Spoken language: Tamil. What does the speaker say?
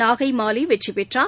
நாகை மாலி வெற்றி பெற்றார்